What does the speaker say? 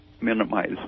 minimize